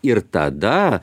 ir tada